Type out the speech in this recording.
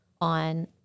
on